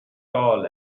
tall